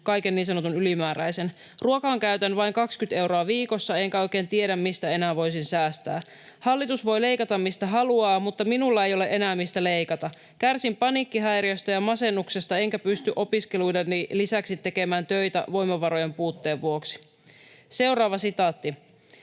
kaiken niin sanotun ylimääräisen. Ruokaan käytän vain 20 euroa viikossa, enkä oikein tiedä, mistä enää voisin säästää. Hallitus voi leikata, mistä haluaa, mutta minulla ei ole enää, mistä leikata. Kärsin paniikkihäiriöstä ja masennuksesta, enkä pysty opiskeluideni lisäksi tekemään töitä voimavarojen puutteen vuoksi.” ”Pelkään